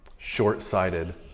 short-sighted